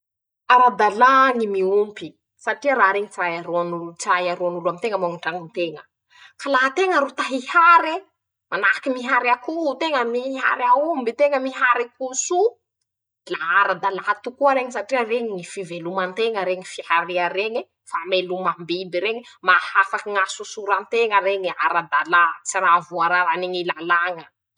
Ara-dalà ñy miompy, satria raha reñy tsy raha hiaroano tsy raha hiaroan'olo aminteña moa ñy trañonteña, ka laha teña ro ta hihare. Manahaky mihary akoho teña, mihary aomby teña, mihary koso, la ara-dalà tokoa reñy satria reñy ñy fivelomanteña reñy fiharea reñe, famelomam-biby reñe, mahafaky ñasosoranteña reñe ara-dalà, tsy raha voararany ñy lalàña.